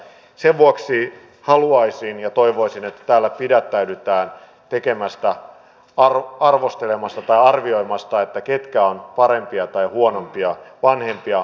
sen vuoksi haluaisin ja toivoisin että täällä pidättäydytään arvostelemasta tai arvioimasta ketkä ovat parempia tai huonompia vanhempia